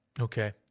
Okay